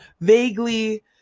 vaguely